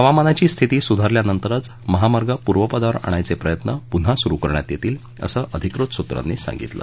हवामानाची स्थिती सुधारल्यानंतरच महामार्ग पूर्वपदावर आणायचे प्रयत्न सुरु करण्यात येतील असं अधिकृत सूत्रांनी सांगितलं